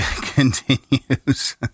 continues